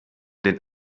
den